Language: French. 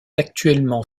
actuellement